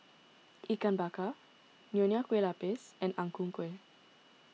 Ikan Bakar Nonya Kueh Lapis and Ang Ku Kueh